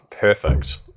perfect